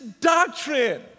doctrine